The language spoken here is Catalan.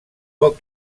poc